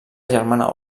germana